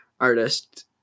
artist